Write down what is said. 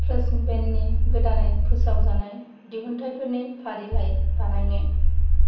fresh ब्रेन्डनि गोदानै फोसावनाय दिहुनथाइफोरनि फारिलाय बानायनो